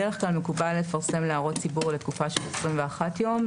בדרך כלל מקובל לפרסם להערות ציבור לתקופה של 21 יום.